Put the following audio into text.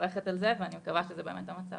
מברכת על זה ואני מקווה שזה באמת המצב.